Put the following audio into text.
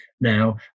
now